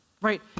right